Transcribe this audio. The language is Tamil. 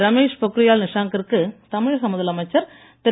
ரமேஷ் பொக்ரியால் நிஷாங்க்கிற்கு தமிழக முதலமைச்சர் திரு